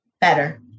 better